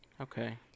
Okay